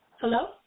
Hello